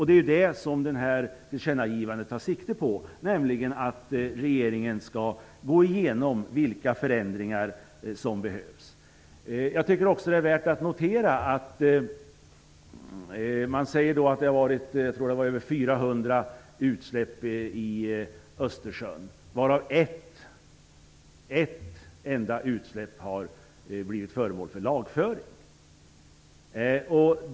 Det är det som tillkännagivandet tar sikte på, nämligen att regeringen skall gå igenom vilka förändringar som behövs. Jag tycker också att det är värt att notera att man säger att det har varit över 400 utsläpp i Östersjön, varav ett enda utsläpp har blivit föremål för lagföring.